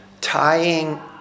tying